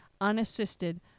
unassisted